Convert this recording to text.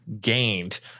gained